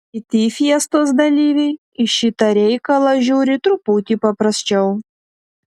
kiti fiestos dalyviai į šitą reikalą žiūri truputį paprasčiau